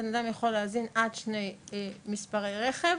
בן אדם יכול להזין עד שני מספרי רכב,